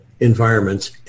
Environments